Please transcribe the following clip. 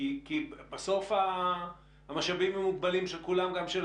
בסוף המשאבים של כולם מוגבלים.